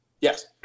Yes